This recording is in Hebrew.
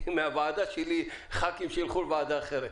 מהועדה של ח"כים שילכו לוועדה אחרת.